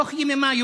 תוך יממה,